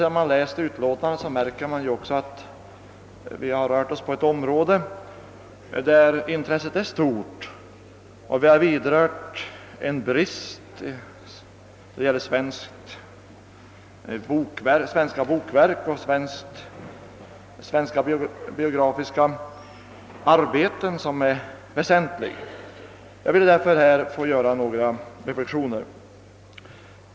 När man läser utlåtandet märker man, att vi rört oss på ett område där intresset är stort och där det föreligger en väsentlig brist; det gäller svenska biografiska arbeten. Jag ville därför här få göra några reflexioner.